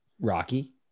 Rocky